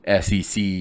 SEC